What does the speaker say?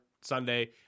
Sunday